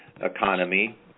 economy